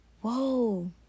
whoa